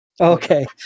Okay